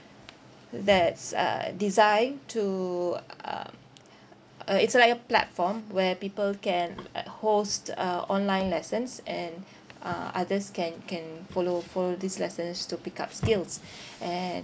that's uh designed to uh um uh it's like a platform where people can like host uh online lessons and uh others can can follow follow these lessons to pick up skills and